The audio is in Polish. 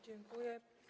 Dziękuję.